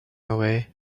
away